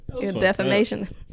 Defamation